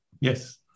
Yes